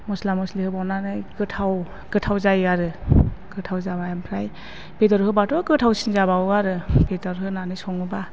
मस्ला मस्लि होबावनानै गोथाव गोथाव जायो आरो गोथाव जाबाय ओमफ्राय बेदर होबाथ' गोथावसिन जाबावो आरो बेदर होनानै सङोबा